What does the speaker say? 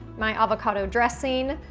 my avocado dressing,